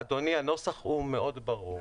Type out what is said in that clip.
אדוני, הנוסח הוא מאוד ברור.